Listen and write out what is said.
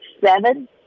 seven